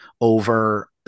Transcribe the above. over